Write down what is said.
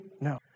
No